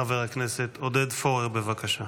חבר הכנסת עודד פורר, בבקשה.